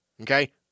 okay